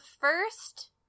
first